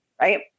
right